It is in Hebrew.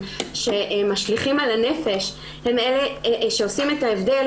שהפרמטרים שמשליכים על הנפש שעושים את ההבדל